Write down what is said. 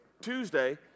Tuesday